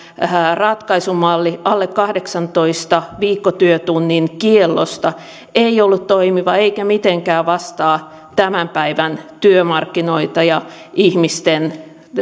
ratkaisumalli alle kahdeksantoista viikkotyötunnin kiellosta ei ollut toimiva eikä mitenkään vastaa tämän päivän työmarkkinoita ja ihmisten